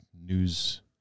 news